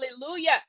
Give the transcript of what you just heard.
Hallelujah